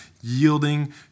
yielding